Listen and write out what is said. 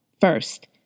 first